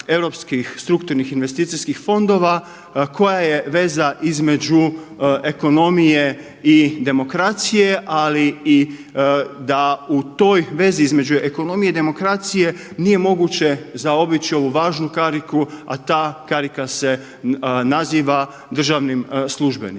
strukturnih investicijskih fondova koja je veza između ekonomije i demokracije ali i da u toj vezi između ekonomije i demokracije nije moguće zaobići ovu važnu kariku a ta karika se naziva državnim službenicima.